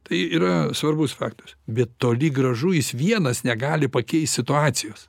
tai yra svarbus faktas bet toli gražu jis vienas negali pakeist situacijos